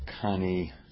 Connie